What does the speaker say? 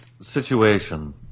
Situation